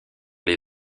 les